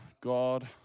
God